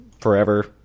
forever